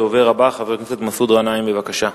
הדובר הבא, חבר הכנסת מסעוד גנאים, בבקשה.